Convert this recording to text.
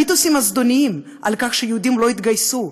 המיתוסים הזדוניים על כך שיהודים לא התגייסו,